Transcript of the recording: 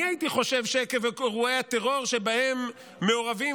אני הייתי חושב שעקב אירועי הטרור שבהם מעורבים,